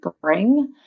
bring